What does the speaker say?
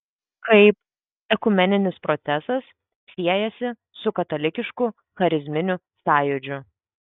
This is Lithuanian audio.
kaip ekumeninis procesas siejasi su katalikišku charizminiu sąjūdžiu